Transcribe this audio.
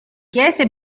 chiese